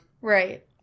right